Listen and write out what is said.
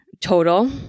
total